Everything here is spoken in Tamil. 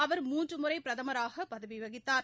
அவர் மூன்று முறை பிரதமராக பதவி வகித்தார்